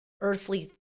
earthly